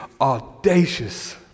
audacious